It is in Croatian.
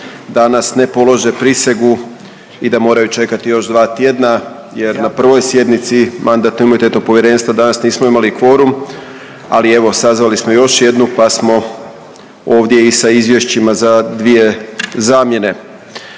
danas ne polože prisegu i da moraju čekati još dva tjedna jer na prvoj sjednici MIP-a danas nismo imali kvorum, ali evo sazvali smo još jednu, pa smo ovdje i sa izvješćima za dvije zamjene.